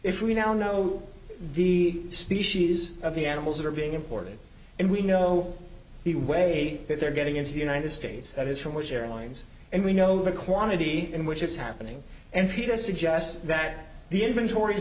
if we now know the species of the animals that are being imported and we know the way that they're getting into the united states that is from which airlines and we know the quantity in which it's happening and peter suggests that the inventor